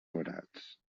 forats